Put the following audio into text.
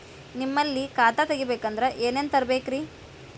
ನಿಮ್ಮಲ್ಲಿ ಖಾತಾ ತೆಗಿಬೇಕಂದ್ರ ಏನೇನ ತರಬೇಕ್ರಿ?